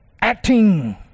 acting